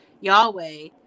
Yahweh